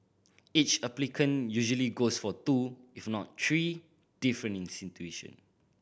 each applicant usually goes for two if not three different institution